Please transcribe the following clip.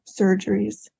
surgeries